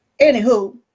Anywho